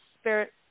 spirit